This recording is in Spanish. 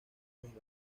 desde